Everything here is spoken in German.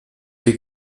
ihr